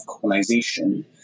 colonization